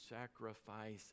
sacrifice